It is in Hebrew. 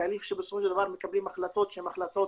תהליך שבסופו של דבר מקבלים החלטות שהן החלטות